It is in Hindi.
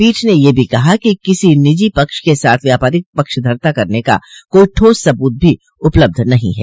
पीठ ने यह भी कहा कि किसी निजी पक्ष के साथ व्यापारिक पक्षधरता करने का कोई ठोस सबूत भी उपलब्ध नहीं है